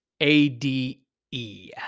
A-D-E